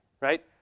right